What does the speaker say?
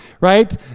right